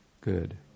Good